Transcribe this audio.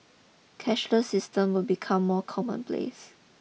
cashless systems will become more common place